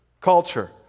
culture